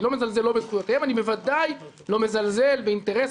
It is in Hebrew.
אני לא מזלזל בזכויותיהם ואני בוודאי לא מזלזל באינטרס